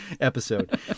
episode